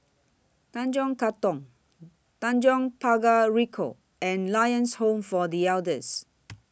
Tanjong Katong Tanjong Pagar Ricoh and Lions Home For The Elders